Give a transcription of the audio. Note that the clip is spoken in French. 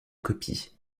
copie